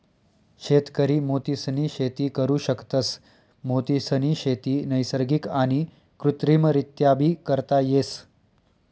शेतकरी मोतीसनी शेती करु शकतस, मोतीसनी शेती नैसर्गिक आणि कृत्रिमरीत्याबी करता येस